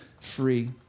free